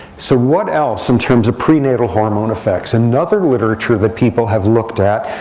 so what else in terms of prenatal hormone effects? another literature that people have looked at,